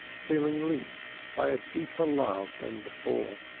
feeling linked by a deeper love than before.